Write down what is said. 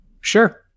Sure